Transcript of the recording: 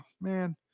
Man